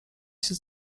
się